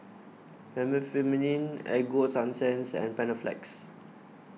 Remifemin Ego Sunsense and Panaflex